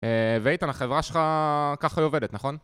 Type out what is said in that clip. ואיתן, החברה שלך ככה היא עובדת, נכון?